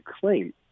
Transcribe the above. claim